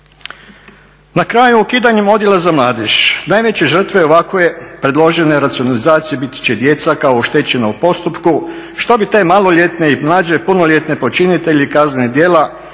Na kraju ukidanjem Odjela za mladež najveće žrtve ovakove predložene racionalizacije biti će djeca kao oštećena u postupku što bi te maloljetne i mlađe punoljetne počinitelje kaznenih djela